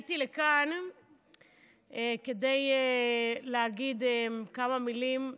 עליתי לכאן כדי להגיד כמה מילים לירדנה,